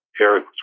Eric